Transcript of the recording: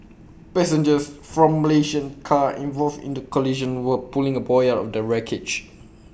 passengers from Malaysian car involved in the collision were pulling A boy out of the wreckage